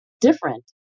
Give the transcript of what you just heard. different